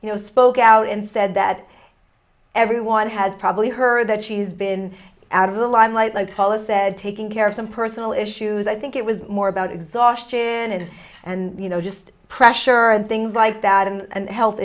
just spoke out and said that everyone has probably heard that she's been out of the limelight like fall is said taking care of some personal issues i think it was more about exhaustion and and you know just pressure and things like that and health